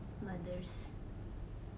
mothers